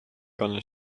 gonna